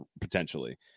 potentially